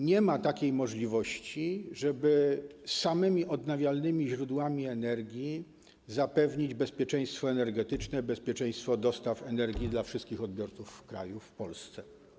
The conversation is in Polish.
Nie ma takiej możliwości, żeby samymi odnawialnymi źródłami energii zapewnić bezpieczeństwo energetyczne, bezpieczeństwo dostaw energii dla wszystkich odbiorców w kraju, w Polsce.